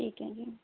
ਠੀਕ ਹੈ ਜੀ